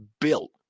built